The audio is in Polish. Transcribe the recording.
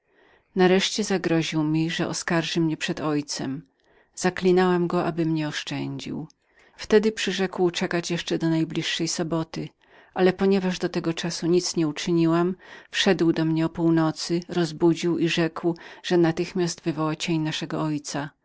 nareszcie zagroził mi że oskarży mnie przed ojcem zaklinałam go aby mnie oszczędził wtedy przyrzekł czekać jeszcze do soboty ale ponieważ dotąd nic jeszcze nie uczyniłam wszedł do mnie o północy rozbudził i rzekł że natychmiast wywoła cień mego ojca